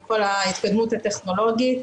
עם כל ההתקדמות הטכנולוגית,